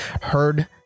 heard